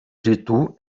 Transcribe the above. rytų